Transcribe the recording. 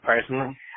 Personally